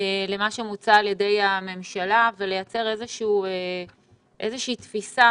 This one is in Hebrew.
למה שמוצע על ידי הממשלה ולייצר איזושהי תפיסה